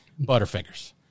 Butterfingers